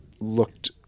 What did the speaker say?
looked